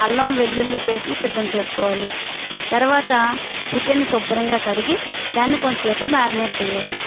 అల్లం వెల్లుల్లి పేస్ట్ని సిద్ధం చేసుకోవాలి తరవాత చికెన్ శుభ్రంగా కడిగి దాన్ని కొంత సేపు మ్యారినేట్ చెయ్యాలి